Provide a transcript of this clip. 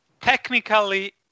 technically